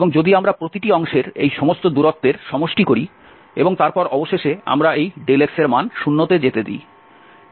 এবং যদি আমরা প্রতিটি অংশের এই সমস্ত দূরত্বের সমষ্টি করি এবং তারপর অবশেষে আমরা এই x এর মান 0 তে যেতে দিই